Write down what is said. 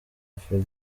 afro